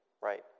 right